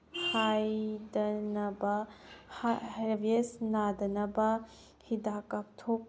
ꯍꯥꯏꯗꯅꯕ ꯔꯦꯕꯤꯁ ꯅꯥꯗꯅꯕ ꯍꯤꯗꯥꯛ ꯀꯥꯞꯊꯣꯛ